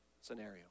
scenario